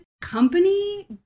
company